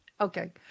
Okay